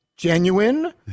Genuine